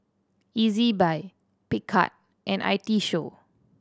Ezbuy Picard and I T Show